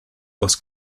was